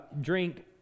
drink